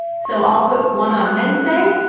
so i'll put one on wednesday.